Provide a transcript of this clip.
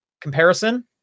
comparison